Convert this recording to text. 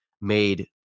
made –